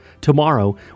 Tomorrow